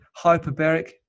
hyperbaric